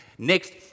Next